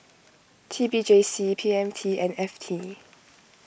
T B J C P M T and F T